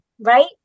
right